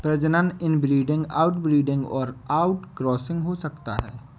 प्रजनन inbreeding, outbreeding और outcrossing हो सकता है